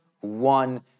one